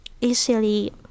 easily